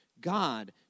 God